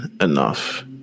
enough